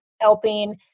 helping